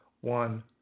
one